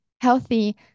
Healthy